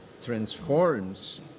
transforms